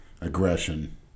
aggression